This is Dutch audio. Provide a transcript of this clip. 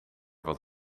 wat